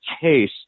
case